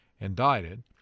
indicted